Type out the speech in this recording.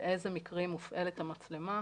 באיזה מקרים מופעלת המצלמה.